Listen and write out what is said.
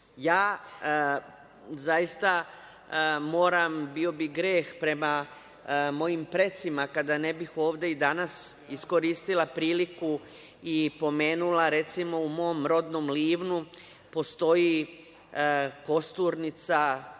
zaista moram, bio bi greh prema mojim precima, kada ne bih ovde i danas iskoristila priliku i pomenula, recimo u mom rodnom Livnu postoji kosturnica,